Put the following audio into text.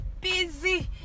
busy